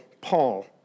Paul